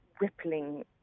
rippling